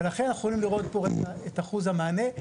ולכן, אנחנו יכולים לראות פה רגע את אחוז המענה.